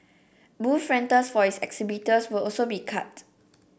booth rentals for its exhibitors will also be cut